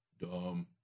Dumb